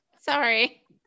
Sorry